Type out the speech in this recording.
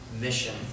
mission